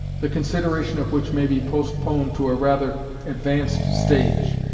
the consideration of which may be postponed to a rather advanced stage.